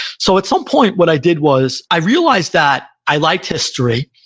so at some point, what i did was, i realized that i liked history,